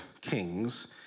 kings